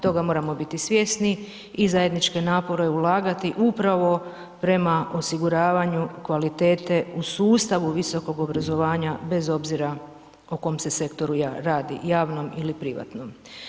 Toga moramo biti svjesni i zajedničke napore ulagati upravo prema osiguravanju kvalitete u sustavu visokog obrazovanja bez obzira o kom se sektoru radi, javnom ili privatnom.